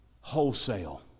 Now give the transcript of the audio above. wholesale